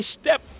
step